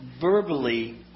verbally